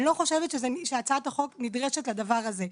אני לא חושבת שהצעת החוק נדרשת לדבר הזה.